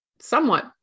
somewhat